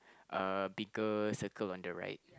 uh bigger circle on the right